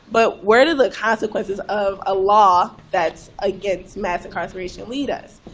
but where do the consequences of a law that's against mass incarceration lead us?